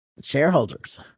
shareholders